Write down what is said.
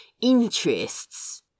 interests